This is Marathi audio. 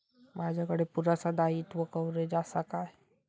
माजाकडे पुरासा दाईत्वा कव्हारेज असा काय?